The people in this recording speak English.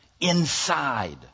Inside